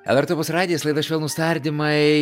lrt opus radijas laida švelnūs tardymai